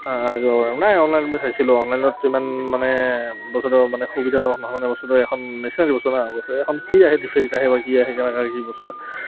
নাই অনলাইন মই চাইছিলোঁ অনলাইনত ইমান মানে বস্তুটো মানে সুবিধাজনক নহয় মানে বস্তুটো এখন মেচিনাৰী বস্তু ন এখন কি আহে ডিফেক্ট আহে বা কি আহে কেনেকৈ কি বস্তু এটা